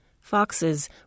Foxes